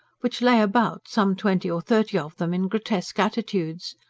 which lay about some twenty or thirty of them in grotesque attitudes.